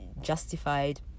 justified